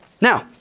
Now